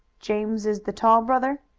james is the tall brother?